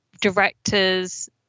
directors